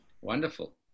Wonderful